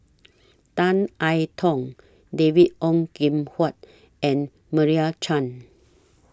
Tan I Tong David Ong Kim Huat and Meira Chand